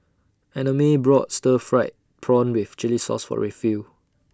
Annamae brought Stir Fried Prawn with Chili Sauce For Rayfield